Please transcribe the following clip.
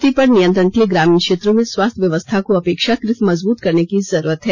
इस रिथति पर नियंत्रण के लिए ग्रामीण क्षेत्रों में स्वास्थ्य व्यवस्था को अपेक्षाकृत मजबूत करने की जरूरत है